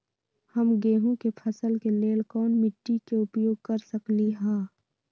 हम गेंहू के फसल के लेल कोन मिट्टी के उपयोग कर सकली ह?